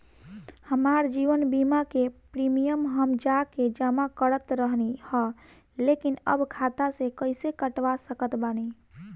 हमार जीवन बीमा के प्रीमीयम हम जा के जमा करत रहनी ह लेकिन अब खाता से कइसे कटवा सकत बानी?